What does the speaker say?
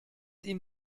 ihm